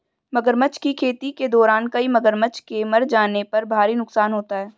मगरमच्छ की खेती के दौरान कई मगरमच्छ के मर जाने पर भारी नुकसान होता है